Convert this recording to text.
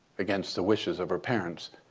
against the wishes of her parents,